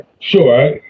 Sure